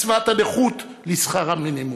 קצבת הנכות לשכר המינימום.